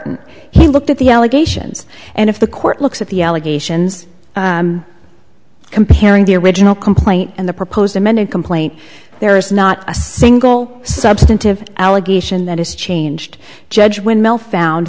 barton he looked at the allegations and if the court looks at the allegations comparing the original complaint and the proposed amended complaint there is not a single substantive allegation that has changed judge when mel found